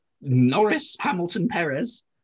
Norris-Hamilton-Perez